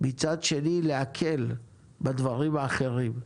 מצד שני להקל בדברים האחרים,